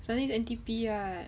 sunday is N_D_P lah